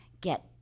get